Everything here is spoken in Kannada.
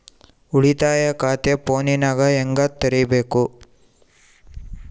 ಉಳಿತಾಯ ಖಾತೆ ಫೋನಿನಾಗ ಹೆಂಗ ತೆರಿಬೇಕು?